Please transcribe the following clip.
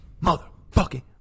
motherfucking